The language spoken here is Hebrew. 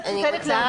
את זה צריך להבין.